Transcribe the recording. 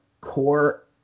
core